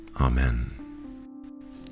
Amen